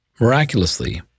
Miraculously